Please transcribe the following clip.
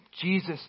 Jesus